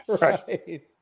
Right